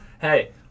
hey